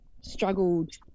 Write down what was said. struggled